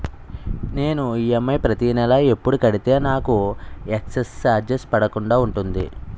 నేను ఈ.ఎం.ఐ ప్రతి నెల ఎపుడు కడితే నాకు ఎక్స్ స్త్ర చార్జెస్ పడకుండా ఉంటుంది?